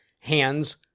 hands